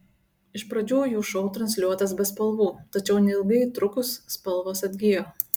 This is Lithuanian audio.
iš pradžių jų šou transliuotas be spalvų tačiau neilgai trukus spalvos atgijo